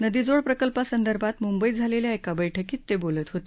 नदीजोड प्रकल्पासंदर्भात मुंबईत झालेल्या एका बैठकीत ते बोलत होते